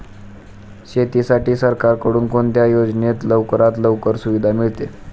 शेतीसाठी सरकारकडून कोणत्या योजनेत लवकरात लवकर सुविधा मिळते?